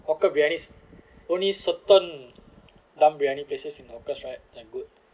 hawker briyanis only certain dum briyani places in hawkers right they're good